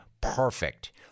Perfect